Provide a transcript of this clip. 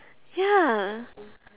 ya